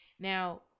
Now